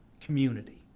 community